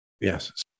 Yes